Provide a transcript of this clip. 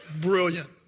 Brilliant